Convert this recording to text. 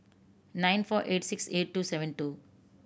nine four eight six eight two seven two